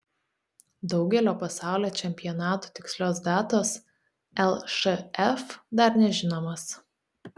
daugelio pasaulio čempionatų tikslios datos lšf dar nežinomos